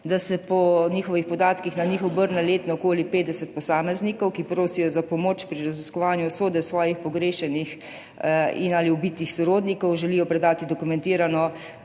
po njihovih podatkih se na njih obrne letno okoli 50 posameznikov, ki prosijo za pomoč pri raziskovanju usode svojih pogrešanih ali ubitih sorodnikov, želijo predati dokumentirano